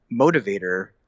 motivator